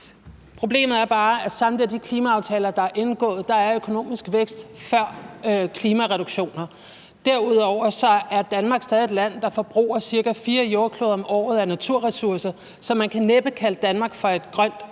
før klimareduktioner i samtlige de klimaaftaler, der er indgået. Derudover er Danmark stadig et land, der forbruger cirka fire jordkloder om året af naturressourcer. Så man kan næppe kalde Danmark for et grønt